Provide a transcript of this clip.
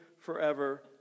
forever